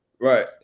Right